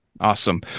Awesome